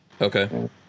okay